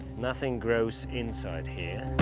nothing grows inside here.